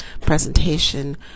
presentation